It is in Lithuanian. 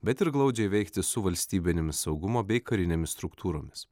bet ir glaudžiai veikti su valstybinėmis saugumo bei karinėmis struktūromis